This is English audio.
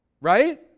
Right